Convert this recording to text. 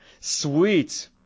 sweet